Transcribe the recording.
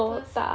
多小